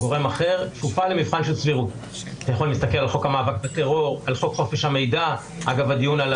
מלכתחילה חלק גדול מההחלטות שמתקבלות זה פשוט האצלת סמכויות של